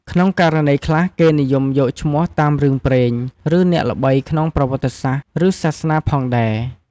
ក្នុងករណីខ្លះ គេនិយមយកឈ្មោះតាមរឿងព្រេង ឬអ្នកល្បីក្នុងប្រវត្តិសាស្ត្រឬសាសនាផងដែរ។